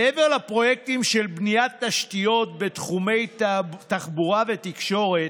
מעבר לפרויקטים של בניית תשתיות בתחומי תחבורה ותקשורת,